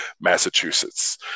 Massachusetts